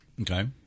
Okay